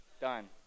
done